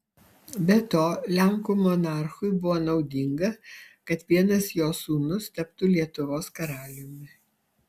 be to lenkų monarchui buvo naudinga kad vienas jo sūnus taptų lietuvos karaliumi